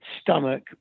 stomach